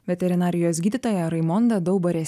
veterinarijos gydytoja raimonda daubarė